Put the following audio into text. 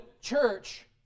church